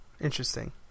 Interesting